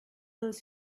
those